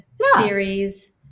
series